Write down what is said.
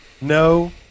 no